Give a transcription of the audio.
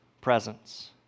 presence